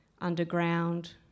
underground